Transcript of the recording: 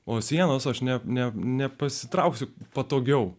o sienos aš ne nepasitrauksiu patogiau